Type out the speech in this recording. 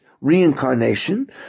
Reincarnation